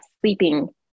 sleeping